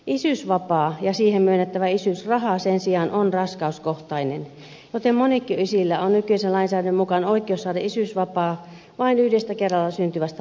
isyysvapaa ja siihen myönnettävä isyysraha sen sijaan ovat raskauskohtaisia joten monikkoisillä on nykyisen lainsäädännön mukaan oikeus saada isyysvapaa vain yhdestä kerralla syntyvistä lapsista